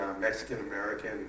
Mexican-American